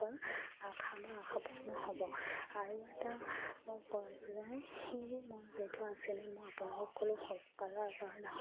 আশা বা আশা পাণ হ'ব আৰু এটা যে সেয়ে মোৰ যিহেতু আছিলে মই আপোনাক সকলো সকলো আগৰ নহয়